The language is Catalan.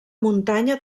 muntanya